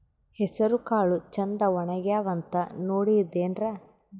ಹೆಸರಕಾಳು ಛಂದ ಒಣಗ್ಯಾವಂತ ನೋಡಿದ್ರೆನ?